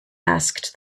asked